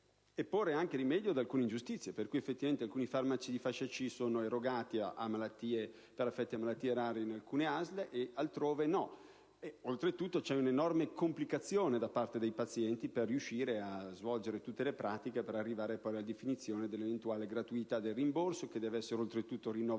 porre anche rimedio ad alcune ingiustizie per cui alcuni farmaci di fascia C sono erogati per malattie rare in alcune ASL, ma non in altre. Oltretutto, c'è un'enorme complicazione a carico dei pazienti per riuscire a svolgere tutte le pratiche per arrivare alla definizione dell'eventuale gratuità del rimborso, che deve essere per di più rinnovato